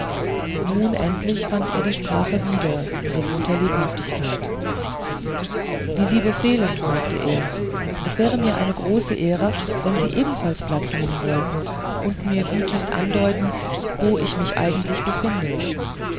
nun endlich fand er die sprache wieder in gewohnter lebhaftigkeit wie sie befehlen sagte er es wäre mir eine große ehre wenn sie ebenfalls platz nehmen wollten und mir gütigst andeuten wo ich mich eigentlich befinde